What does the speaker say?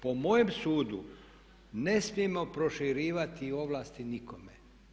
Po mojem sudu ne smijemo proširivati ovlasti nikome.